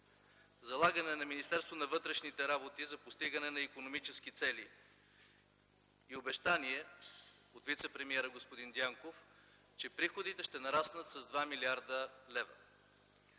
залагане на Министерство на вътрешните работи за постигане на икономически цели и обещание от вицепремиера господин Дянков, че приходите ще нараснат с 2 млрд. лв.;